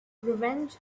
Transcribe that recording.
revenge